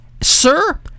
sir